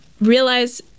realize